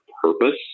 purpose